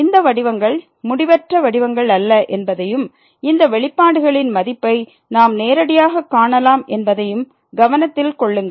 இந்த வடிவங்கள் முடிவற்ற வடிவங்கள் அல்ல என்பதையும் இந்த வெளிப்பாடுகளின் மதிப்பை நாம் நேரடியாகக் காணலாம் என்பதையும் கவனத்தில் கொள்ளுங்கள்